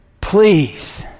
please